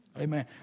Amen